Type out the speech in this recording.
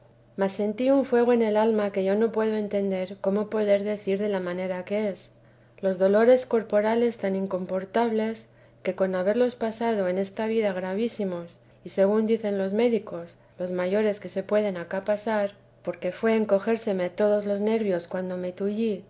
mas sentí un fuego en el alma que yo no puedo entender cómo poder decir de la manera que es los dolores corporales tan incomportables que con haberlos pasado en esta vida gravísimos y según dicen los médicos los mayores que se pueden acá pasar porque fué encogérseme todos los nervios cuando me